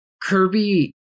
Kirby